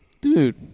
dude